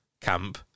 camp